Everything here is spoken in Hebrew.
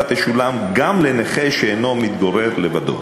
תשולם גם לנכה שאינו מתגורר לבדו.